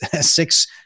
six